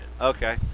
Okay